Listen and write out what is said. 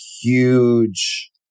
huge